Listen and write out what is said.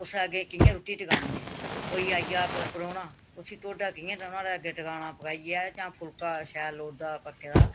कुसै अग्गें कि'यां रुट्टी टकानी ऐ कोई आई जा परौह्ना उसी टोडा कि'यां देना नुआड़े अग्गें टकाना पकाइयै जां फुलका शैल लोड़दा पक्के दा